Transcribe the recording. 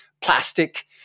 plastic